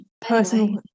personal